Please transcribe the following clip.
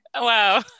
Wow